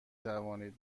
توانید